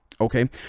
okay